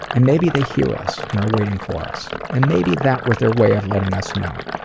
and maybe they hear us and are waiting for us. and maybe that was their way of letting us know.